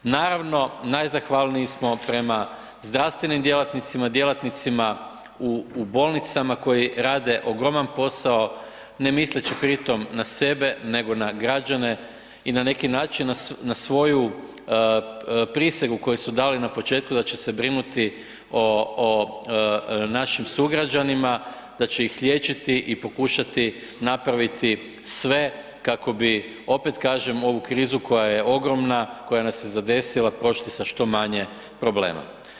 Naravno najzahvalniji smo prema zdravstvenim djelatnicima, djelatnicima u bolnicama koji rade ogroman posao ne misleći pritom na sebe nego na građane i na neki način na svoju prisegu koju su dali na početku da će se brinuti o našim sugrađanima, da će ih liječiti i pokušati napraviti sve kako bi opet kažem ovu krizu koja je ogromna, koja nas je zadesila, prošli sa što manje problema.